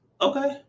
Okay